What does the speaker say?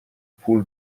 پول